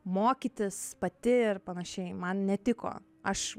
mokytis pati ir panašiai man netiko aš